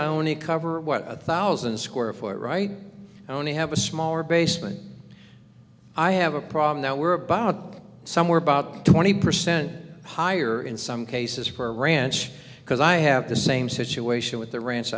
only cover what a thousand square foot right i only have a smaller basement i have a problem that we're about somewhere about twenty percent higher in some cases for a ranch because i have the same situation with the ranch